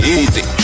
easy